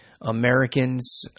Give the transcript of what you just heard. Americans